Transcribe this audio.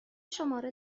شماره